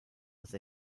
with